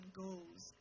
goals